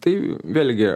tai vėlgi